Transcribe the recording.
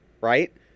Right